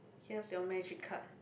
here's your magic card